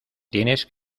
tienes